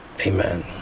Amen